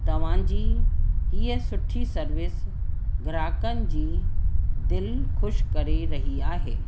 तव्हांजी हीअ सुठी सर्विस ग्राहकनि जी दिलि ख़ुशि करे रही आहे